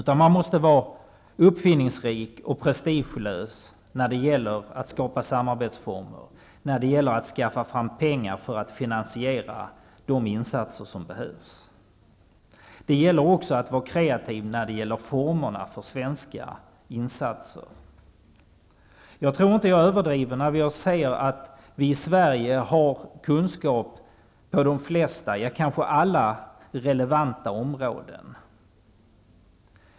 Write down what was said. Man måste vara uppfinningsrik och prestigelös när det gäller att skapa samarbetsformer och skaffa fram pengar för att finansiera de insatser som behövs. Det gäller också att vara kreativ i fråga om formerna för svenska insatser. Jag tror inte att jag överdriver när jag säger att vi i Sverige har kunskap på de flesta, ja kanske alla relevanta områden.